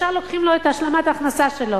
ישר לוקחים לו את השלמת ההכנסה שלו.